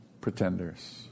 pretenders